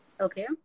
Okay